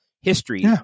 history